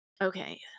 Okay